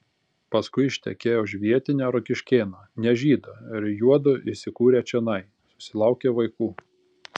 paskui ištekėjo už vietinio rokiškėno ne žydo ir juodu įsikūrę čionai susilaukė vaikų